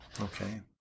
Okay